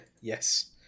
Yes